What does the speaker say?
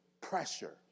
pressure